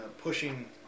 pushing